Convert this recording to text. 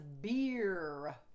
beer